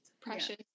precious